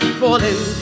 falling